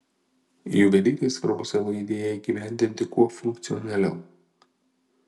juvelyrei svarbu savo idėją įgyvendinti kuo funkcionaliau